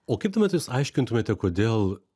o kaip tuomet jūs aiškintumėte kodėl